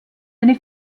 eine